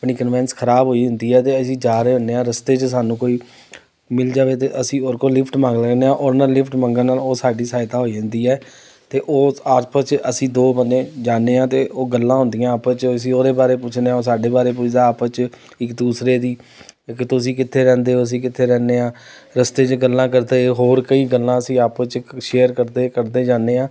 ਆਪਣੀ ਕਨਵੈਂਸ ਖਰਾਬ ਹੋਈ ਹੁੰਦੀ ਹੈ ਅਤੇ ਅਸੀਂ ਜਾ ਰਹੇ ਹੁੰਦੇ ਹਾਂ ਰਸਤੇ 'ਚ ਸਾਨੂੰ ਕੋਈ ਮਿਲ ਜਾਵੇ ਤਾਂ ਅਸੀਂ ਉਹਦੇ ਕੋਲ ਲਿਫਟ ਮੰਗ ਲੈਂਦੇ ਹਾਂ ਉਹਦੇ ਨਾਲ ਲਿਫਟ ਮੰਗਣ ਨਾਲ ਉਹ ਸਾਡੀ ਸਹਾਇਤਾ ਹੋ ਜਾਂਦੀ ਹੈ ਤਾਂ ਉਹ ਆਪਸ 'ਚ ਅਸੀਂ ਦੋ ਬੰਦੇ ਜਾਂਦੇ ਹਾਂ ਅਤੇ ਉਹ ਗੱਲਾਂ ਹੁੰਦੀਆਂ ਆਪਸ 'ਚ ਅਸੀਂ ਉਹਦੇ ਬਾਰੇ ਪੁੱਛਦੇ ਹਾਂ ਉਹ ਸਾਡੇ ਬਾਰੇ ਪੁੱਛਦਾ ਹੈ ਆਪਸ 'ਚ ਇੱਕ ਦੂਸਰੇ ਦੀ ਇੱਕ ਤੁਸੀਂ ਕਿੱਥੇ ਰਹਿੰਦੇ ਹੋ ਅਸੀਂ ਕਿੱਥੇ ਰਹਿੰਦੇ ਹਾਂ ਰਸਤੇ 'ਚ ਗੱਲਾਂ ਕਰਦੇ ਹੋਰ ਕਈ ਗੱਲਾਂ ਅਸੀਂ ਆਪਸ 'ਚ ਸ਼ੇਅਰ ਕਰਦੇ ਕਰਦੇ ਜਾਂਦੇ ਹਾਂ